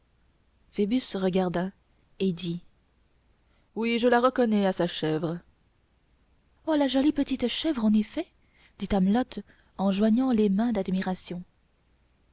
phoebus regarda et dit oui je la reconnais à sa chèvre oh la jolie petite chèvre en effet dit amelotte en joignant les mains d'admiration